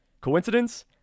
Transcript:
Coincidence